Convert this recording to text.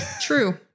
True